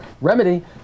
Remedy